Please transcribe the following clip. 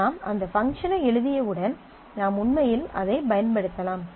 நாம் அந்த பங்க்ஷன் ஐ எழுதியவுடன் நாம் உண்மையில் அதைப் பயன்படுத்தலாம்